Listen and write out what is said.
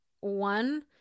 one